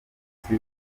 isi